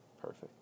Perfect